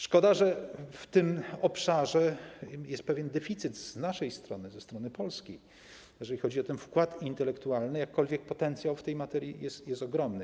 Szkoda, że w tym obszarze jest pewien deficyt z naszej strony, ze strony Polski, jeżeli chodzi o wkład intelektualny, jakkolwiek potencjał w tej materii jest ogromny.